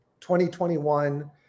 2021